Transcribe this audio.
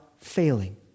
failing